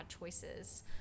choices